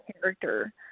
character